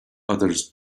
others